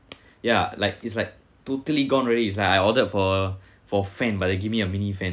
ya like it's like totally gone already is like I ordered for for fan but then give me a mini fan